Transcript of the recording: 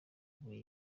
muri